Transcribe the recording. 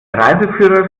reiseführer